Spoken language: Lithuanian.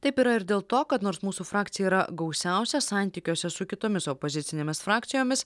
taip yra ir dėl to kad nors mūsų frakcija yra gausiausia santykiuose su kitomis opozicinėmis frakcijomis